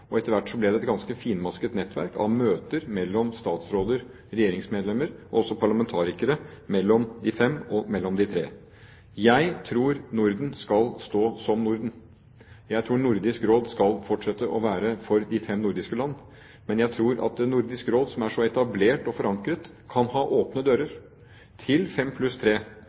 og etter hvert ble det et ganske finmasket nettverk av møter mellom statsråder, regjeringsmedlemmer og også parlamentarikere mellom de fem og mellom de tre. Jeg tror Norden skal stå som Norden. Jeg tror Nordisk Råd skal fortsette å være for de fem nordiske land. Men jeg tror at Nordisk Råd, som er så etablert og forankret, kan ha åpne dører til fem pluss tre,